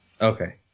Okay